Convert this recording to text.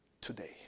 today